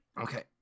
Okay